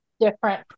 different